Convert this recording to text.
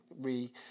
re